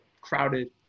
crowded